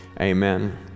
amen